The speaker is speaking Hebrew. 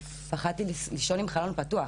אני פחדתי לישון עם חלון פתוח,